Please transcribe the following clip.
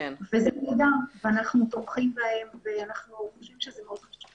וזה נהדר ואנחנו תומכים בהם ואנחנו חושבים שזה מאוד חשוב.